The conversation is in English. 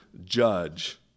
judge